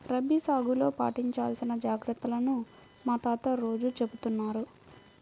రబీ సాగులో పాటించాల్సిన జాగర్తలను మా తాత రోజూ చెబుతున్నారు